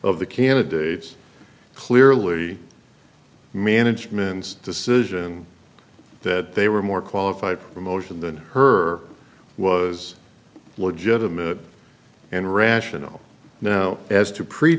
of the candidates clearly management's decision that they were more qualified promotion than her was legitimate and rational now as to pre